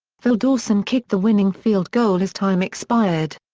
phil dawson kicked the winning field goal as time expired.